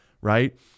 right